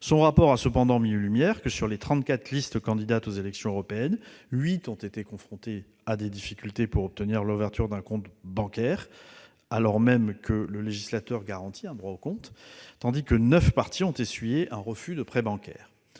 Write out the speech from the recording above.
ce rapport a mis en lumière que, sur les trente-quatre listes de candidats aux élections européennes, huit ont été confrontées à des difficultés pour obtenir l'ouverture d'un compte bancaire, alors même que le législateur garantit un droit au compte, tandis que neuf partis ont essuyé un refus de prêt bancaire.